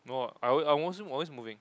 no I I wasn't always moving